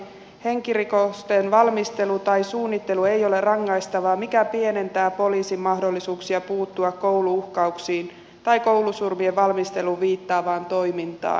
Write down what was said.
henkirikoksen valmistelu tai suunnittelu ei ole rangaistavaa mikä pienentää poliisin mahdollisuuksia puuttua koulu uhkauksiin tai koulusurmien valmisteluun viittaavaan toimintaan